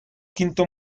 quinto